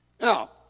Now